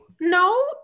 no